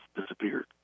disappeared